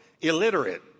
illiterate